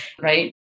right